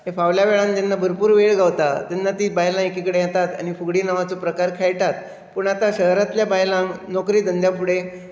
फावल्या वेळान जेन्ना भरपूर वेळ गावता तेन्ना तीं बायलां एकी कडेन येतात आनी फुगडी नांवाचो प्रकार खेळटात पूण आतां शहरांल्या बायलांक नोकरी धंद्या फुडें